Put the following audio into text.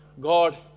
God